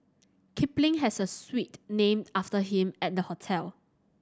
Kipling has a suite named after him at the hotel